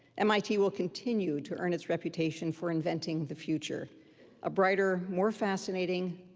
mit will continue to earn its reputation for inventing the future a brighter, more fascinating,